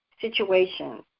situations